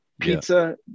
pizza